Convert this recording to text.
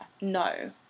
no